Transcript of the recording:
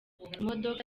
imodoka